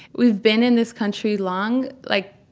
we've been in this country long, like,